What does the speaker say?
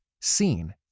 seen